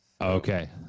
Okay